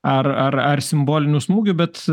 ar ar ar simbolinių smūgių bet